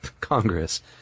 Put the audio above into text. Congress